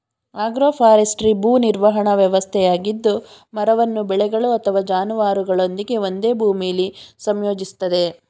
agroforestry ಭೂ ನಿರ್ವಹಣಾ ವ್ಯವಸ್ಥೆಯಾಗಿದ್ದು ಮರವನ್ನು ಬೆಳೆಗಳು ಅಥವಾ ಜಾನುವಾರುಗಳೊಂದಿಗೆ ಒಂದೇ ಭೂಮಿಲಿ ಸಂಯೋಜಿಸ್ತದೆ